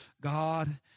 God